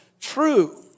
true